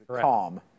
calm